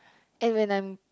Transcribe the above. and when I'm